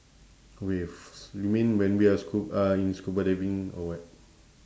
waves you mean when we are scu~ uh in scuba diving or what